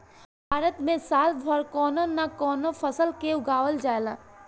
भारत में साल भर कवनो न कवनो फसल के उगावल जाला